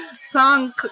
Song